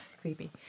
Creepy